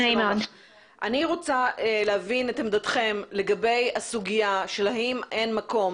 אני רוצה להבין את עמדתכם לגבי הסוגיה והיא האם אין מקום